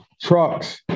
trucks